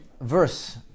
verse